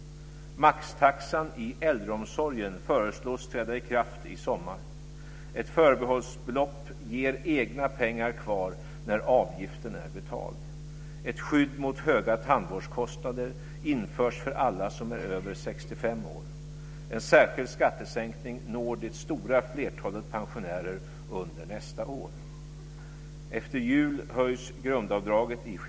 Maxtaxan i äldreomsorgen föreslås träda i kraft i sommar. Ett förbehållsbelopp ger egna pengar kvar när avgiften är betald. Ett skydd mot höga tandvårdskostnader införs för alla som är över 65 år. En särskild skattesänkning når det stora flertalet pensionärer under nästa år.